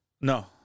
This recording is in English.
No